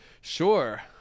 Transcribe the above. Sure